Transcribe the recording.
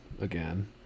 Again